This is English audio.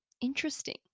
Interesting